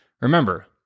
Remember